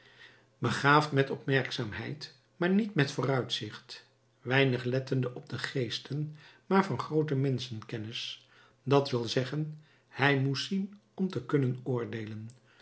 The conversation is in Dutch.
begaafd met opmerkzaamheid maar niet met vooruitzicht weinig lettende op de geesten maar van groote menschenkennis dat wil zeggen hij moest zien om te kunnen oordeelen